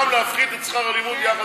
אני נלחם להפחית את שכר הלימוד יחד אתו.